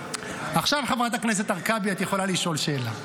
עכשיו, חברת הכנסת הרכבי, את יכולה לשאול שאלה.